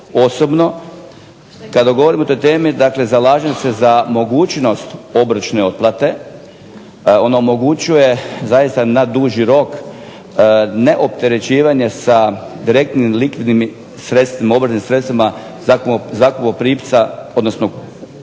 Osobno, kada govorimo o toj temi, dakle zalažem se za mogućnost obročne otplate. Ono omogućuje zaista na duži rok ne opterećivanje sa direktnim likvidnim obrtnim sredstvima zakupoprimca, odnosno